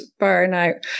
burnout